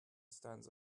stands